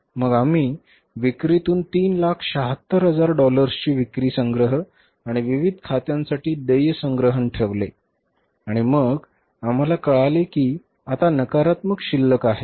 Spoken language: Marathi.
मग आम्ही विक्रीतून 376000 डॉलर्सची विक्री संग्रह आणि विविध खात्यांसाठी देय संग्रहण ठेवले आणि मग आम्हाला कळले की आता नकारात्मक शिल्लक आहे